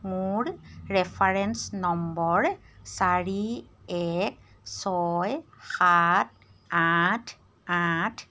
মোৰ reference number চাৰি এক ছয় সাত আঠ আঠ